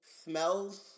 Smells